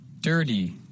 Dirty